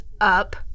up